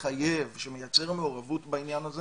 מחייב שמייצר מעורבות בעניין הזה.